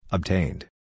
Obtained